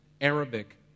Arabic